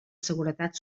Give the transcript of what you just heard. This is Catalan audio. seguretat